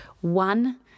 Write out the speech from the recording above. one